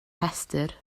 rhestr